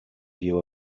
view